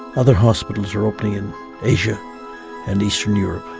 other hospitals are opening in asia and eastern europe.